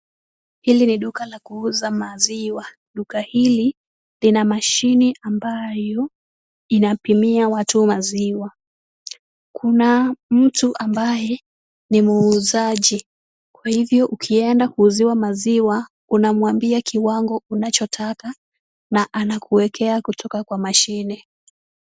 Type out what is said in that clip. Hili ni duka la kuuza maziwa. Duka hili lina mashine ambayo inapimia watu maziwa. Kuna mtu ambaye ni muuzaji, kwahivyo ukienda kuuziwa maziwa unamwambia kiwango unachotaka na anakuwekea kutoka kwa mashine.